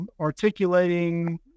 articulating